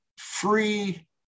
free